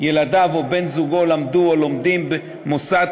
ילדיו או בן-זוגו למדו או לומדים במוסד